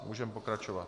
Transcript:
Můžeme pokračovat.